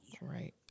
right